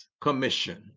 commission